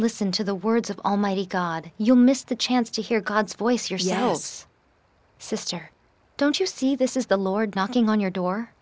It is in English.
listen to the words of almighty god you missed the chance to hear god's voice your sorrows sister don't you see this is the lord knocking on your door